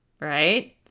Right